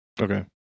Okay